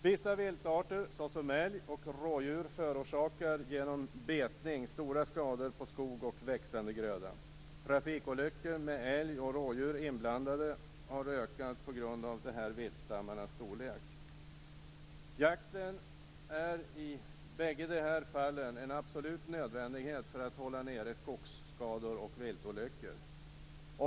Vissa viltarter, såsom älg och rådjur, förorsakar genom betning stora skador på skog och växande gröda. Trafikolyckor med älg och rådjur inblandade har ökat på grund av dessa viltstammars storlek. Jakten är i båda dessa fall en absolut nödvändighet för att hålla nere skogsskador och viltolyckor.